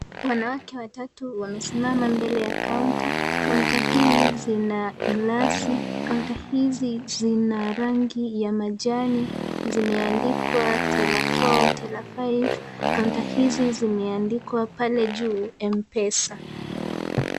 Wanawake watatu wamesimama mbele ya kaunta. Kaunta hii zina glasi. Kaunta hizi zina rangi ya majani. Zimeandikwa Teller 4, Teller 5 . Kaunta hizi zimeandikwa pale juu Mpesa.